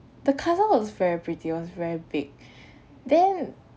the castle was very pretty was very big then